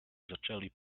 zaczęli